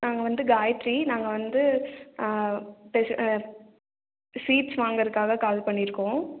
நாங்கள் வந்து காயத்ரி நாங்கள் வந்து பேசு சீட்ஸ் வாங்கறக்காக கால் பண்ணியிருக்கோம்